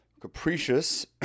capricious